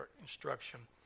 instruction